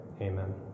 Amen